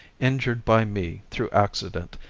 injured by me through accident,